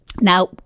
Now